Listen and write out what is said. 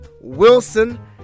Wilson